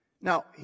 now